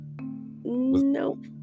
nope